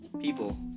people